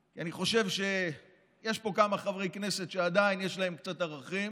כי אני חושב שיש פה כמה חברי כנסת שעדיין יש להם קצת ערכים.